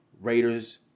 Raiders